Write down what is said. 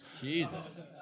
Jesus